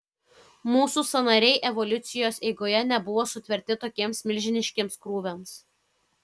mūsų sąnariai evoliucijos eigoje nebuvo sutverti tokiems milžiniškiems krūviams